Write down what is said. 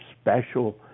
special